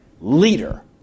leader